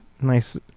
Nice